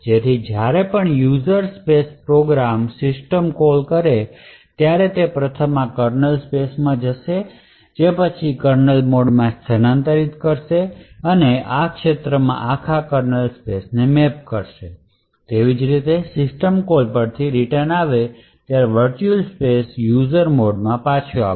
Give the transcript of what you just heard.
તેથી જ્યારે પણ user space program system call કરે છે ત્યારે તે પ્રથમ આ કર્નલ સ્પેસ માં જશે જે પછી કર્નલ મોડ માં સ્થળાંતર કરશે અને આ ક્ષેત્રમાં આખી કર્નલ સ્પેસ ને મેપ કરશે તેવી જ રીતે સિસ્ટમ કોલ પરથી રિટર્ન આવે ત્યારે વર્ચુઅલ સ્પેસ યુઝર મોડમાં પાછી જશે